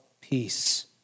peace